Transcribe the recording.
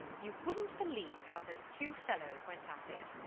you wouldn't believe how those two fellows went at it!